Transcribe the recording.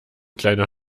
kleiner